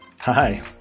Hi